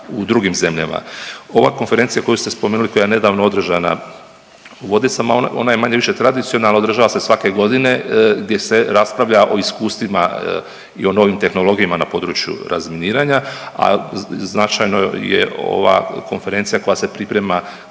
u drugim zemljama. Ova konferencija koju ste spomenuli koja je nedavno održana u Vodicama, ona je manje-više tradicionalna. Održava se svake godine gdje se raspravlja o iskustvima i o novim tehnologijama na području razminiranja, a značajno je ova konferencija koja se priprema